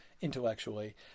intellectually